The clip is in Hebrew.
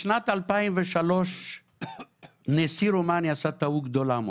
בשנת 2003 נשיא רומניה עשה טעות גדולה מאוד,